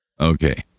Okay